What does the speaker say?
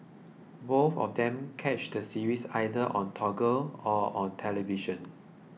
both of them catch the series either on Toggle or on television